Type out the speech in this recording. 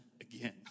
again